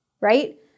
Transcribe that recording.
right